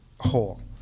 whole